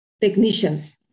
technicians